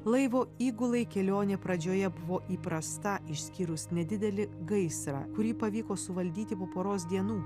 laivo įgulai kelionė pradžioje buvo įprasta išskyrus nedidelį gaisrą kurį pavyko suvaldyti po poros dienų